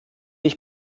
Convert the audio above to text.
ich